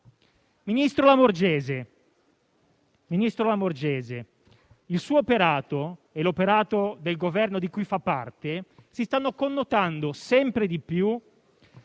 Ministro Lamorgese, il suo operato e l'operato del Governo di cui fa parte si stanno connotando sempre di più